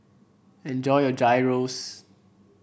enjoy your Gyros